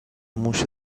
موش